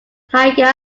tigers